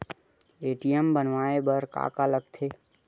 ATM बनवाय बर का का लगथे?